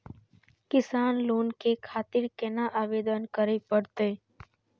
किसान लोन के खातिर केना आवेदन करें परतें?